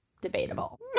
debatable